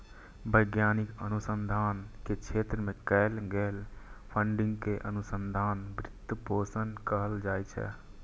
वैज्ञानिक अनुसंधान के क्षेत्र मे कैल गेल फंडिंग कें अनुसंधान वित्त पोषण कहल जाइ छै